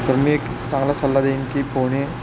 तर मी एक चांगला सल्ला देईन की पोहणे